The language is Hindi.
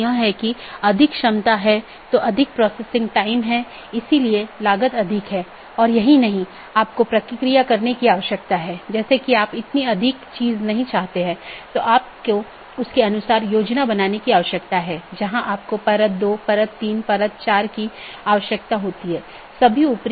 ऑटॉनमस सिस्टम के अंदर OSPF और RIP नामक प्रोटोकॉल होते हैं क्योंकि प्रत्येक ऑटॉनमस सिस्टम को एक एडमिनिस्ट्रेटर कंट्रोल करता है इसलिए यह प्रोटोकॉल चुनने के लिए स्वतंत्र होता है कि कौन सा प्रोटोकॉल उपयोग करना है